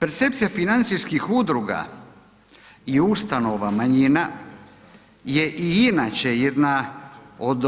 Percepcija financijskih udruga i ustanova, manjina je i inače jedna od